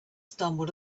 stumbled